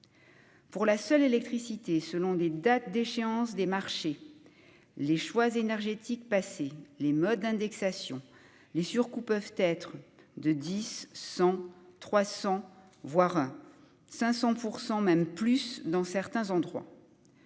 pour la seule électricité selon des dates d'échéance des marchés, les choix énergétiques passer les modes d'indexation les surcoûts peuvent être de 10 100 300 voire 500 % même plus dans certains endroits